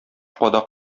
кадак